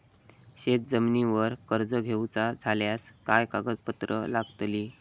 शेत जमिनीवर कर्ज घेऊचा झाल्यास काय कागदपत्र लागतली?